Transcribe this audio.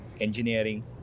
engineering